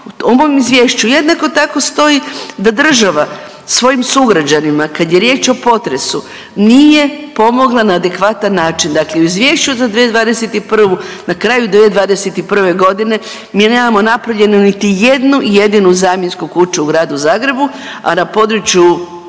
u ovom izvješću jednako tako stoji da država svojim sugrađanima kad je riječ o potresu nije pomogla na adekvatan način. Dakle, u izvješću za 2021. na kraju 2021.g. mi nemamo napravljenu niti jednu jedinu zamjensku kuću u gradu Zagrebu, a na području